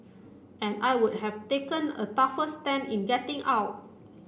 and I would have taken a tougher stand in getting out